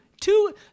Two